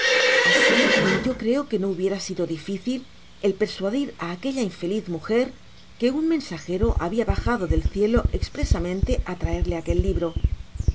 asi yo creo qne no hubiera sido difícil el persuadir á aquella infeliz mujer que un mensajero habia bajado del ciclo espresamente á traerle aquel libro